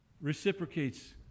reciprocates